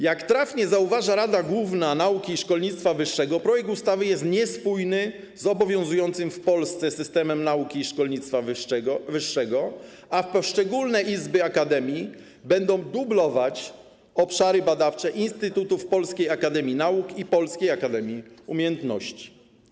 Jak trafnie zauważa Rada Główna Nauki i Szkolnictwa Wyższego, projekt ustawy jest niespójny z obowiązującym w Polsce systemem nauki i szkolnictwa wyższego, a poszczególne izby akademii będą dublować obszary badawcze instytutów Polskiej Akademii Nauk i Polskiej Akademii Umiejętności.